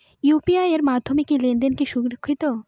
UPI এর মাধ্যমে লেনদেন কি সুরক্ষিত?